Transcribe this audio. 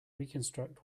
reconstruct